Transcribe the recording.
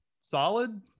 solid